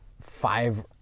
five